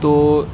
تو